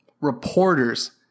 reporters